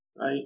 right